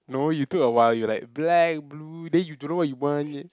no you took a while you were like black blue then you don't know what you want